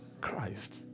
Christ